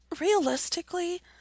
Realistically